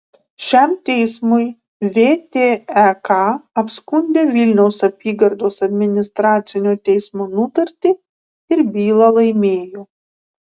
šiam teismui vtek apskundė vilniaus apygardos administracinio teismo nutartį ir bylą laimėjo